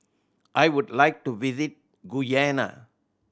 I would like to visit Guyana